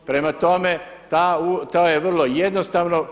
Prema tome, to je vrlo jednostavno.